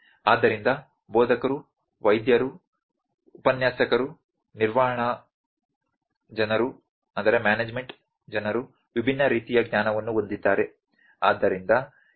ಆದ್ದರಿಂದ ಬೋಧಕರು ವೈದ್ಯರು ಉಪನ್ಯಾಸಕರು ನಿರ್ವಹಣಾ ಜನರು ವಿಭಿನ್ನ ರೀತಿಯ ಜ್ಞಾನವನ್ನು ಹೊಂದಿದ್ದಾರೆ